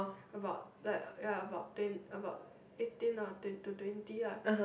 about like ya about twen~ about eighteen or to twenty ah